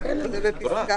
בסדר.